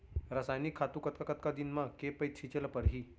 रसायनिक खातू कतका कतका दिन म, के पइत छिंचे ल परहि?